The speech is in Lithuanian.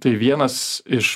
tai vienas iš